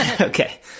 Okay